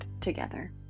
together